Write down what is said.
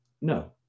no